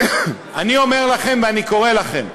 אני אומר לכם, ואני קורא לכם: